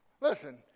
Listen